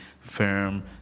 firm